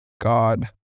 God